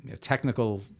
technical